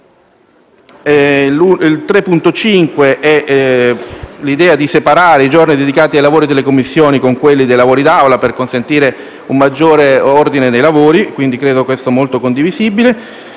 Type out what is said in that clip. all'idea di separare i giorni dedicati ai lavori delle Commissioni da quelli dei lavori d'Aula per consentire un maggior ordine dei lavori; credo che ciò sia molto condivisibile.